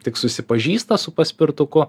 tik susipažįsta su paspirtuku